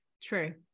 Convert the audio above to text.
True